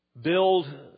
build